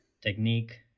technique